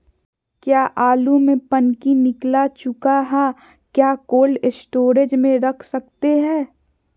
क्या आलु में पनकी निकला चुका हा क्या कोल्ड स्टोरेज में रख सकते हैं?